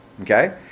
okay